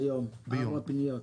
ביום, ארבע פניות.